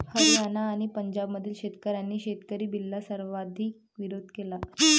हरियाणा आणि पंजाबमधील शेतकऱ्यांनी शेतकरी बिलला सर्वाधिक विरोध केला